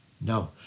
No